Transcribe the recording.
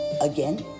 Again